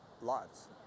lives